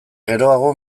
geroago